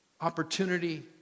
opportunity